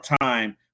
time